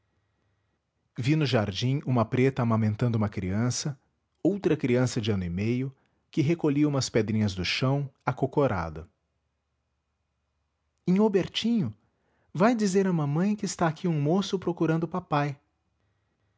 vi no jardim uma preta amamentando uma criança outra criança de ano e meio que recolhia umas pedrinhas do chão acocorada nhô bertinho vai dizer a mamãe que está aqui um moço procurando papai